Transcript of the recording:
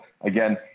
again